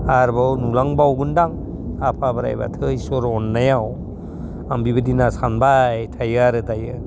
आरोबाव नुलांबावगोनदां आफा बोराइ बाथौ इसरनि अननायाव आं बिबादिनो सानबाय थायो आरो दायो